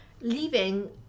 leaving